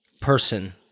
person